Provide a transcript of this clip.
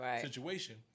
situation